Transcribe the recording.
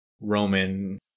Roman